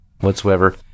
whatsoever